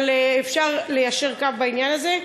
אבל אפשר ליישר קו בעניין הזה.